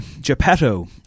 Geppetto